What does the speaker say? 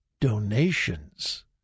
donations